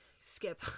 skip